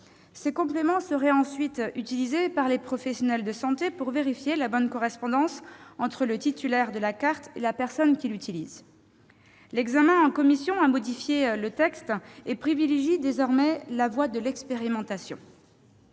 Ces compléments seraient ensuite utilisés par les professionnels de santé pour vérifier la bonne correspondance entre le titulaire de la carte et la personne qui l'utilise. La commission a modifié cette proposition de loi, qui privilégie désormais la voie de l'expérimentation.